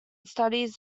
studies